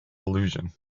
illusion